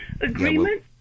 Agreement